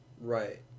Right